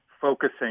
focusing